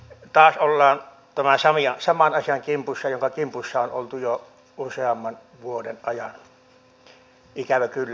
taas ollaan tämän saman asian kimpussa jonka kimpussa on oltu jo useamman vuoden ajan ikävä kyllä